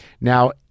Now